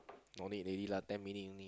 no need already lah ten minute only